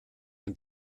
ein